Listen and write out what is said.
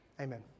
Amen